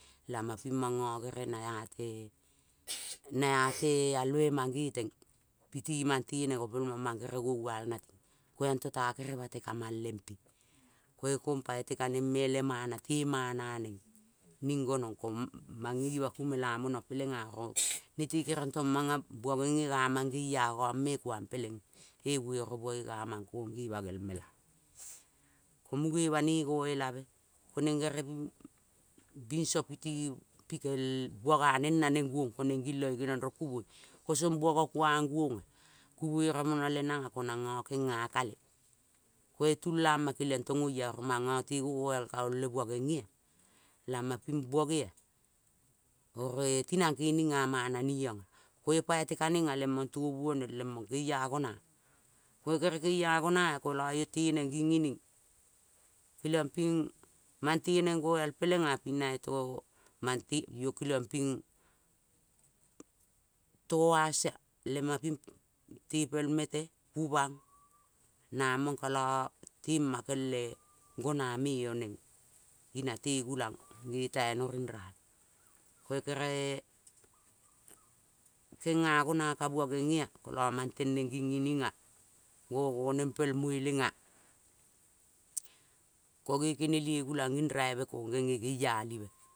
Lamong ping nongo kere-e na ea te e e al me mange leng piti mang leneng ko pel mong mangerei ngo al nating ko ante ta gerel bata kamang lempe. Ko io kot kong paite ka neng me le maila lemana neng, ningonong ko mange ma kumela mono peleng ea oro nete kenongtong manga ngenge nga mang nge angong me kuang peleng pe we oro bua nge nga mang kong meng nge ma ngel mela. Ko munge bane ngo elabe ko neng gilo io rong kumoi, kosong bua ngo kuang nguong ea ku buere mono le nang ea. Ko nongo kenga kale. Koi tulama keleong tong via oro mongo te ngo ngoal kaong le bua ngengei ea. Lama ping bua nge ea. Oro e tinang kening a mana niong ea. Koi paite ka neng ea lemong touoneng lemong keia gona. Ko io kere keia gona ea kolo io te neng nging ining kelio ping mang teneng ngoal peleng ea pi na keliong ping to uas ia, lema ping tepel mete, bung bang namong kote tema kel ea gona me-e o neng ngia na te gulang nge tai no nng ral. Koi kere-e kenga gona ka bua nge nge ea, koloa mang teneng nging ea, ngo ngo neng pel moeleng ea ko nge kenelie gulang nging raibe kong nge nge nging ngealibe